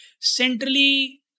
centrally